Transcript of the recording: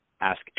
ask